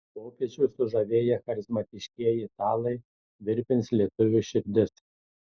popiežių sužavėję charizmatiškieji italai virpins lietuvių širdis